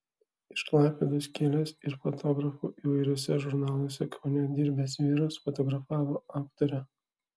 iš klaipėdos kilęs ir fotografu įvairiuose žurnaluose kaune dirbęs vyras fotografavo aktorę